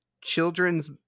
children's